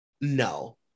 No